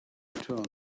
return